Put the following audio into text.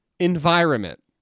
environment